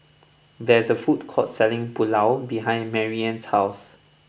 there is a food court selling Pulao behind Marianna's house